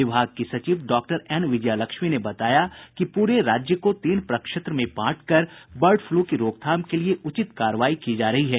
विभाग की सचिव डॉक्टर एन विजयालक्ष्मी ने बताया कि पूरे राज्य को तीन प्रक्षेत्र में बांटकर बर्ड फ्लू की रोकथाम के लिए उचित कार्रवाई की जा रही है